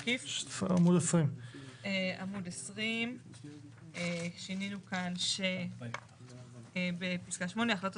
עמוד 20. עמוד 20 שינינו כאן בפסקה 8: החלטות